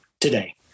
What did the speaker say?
today